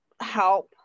help